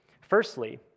Firstly